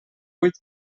vuit